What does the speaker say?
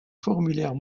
formulaire